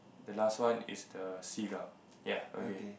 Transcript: the last one is the seagull ya okay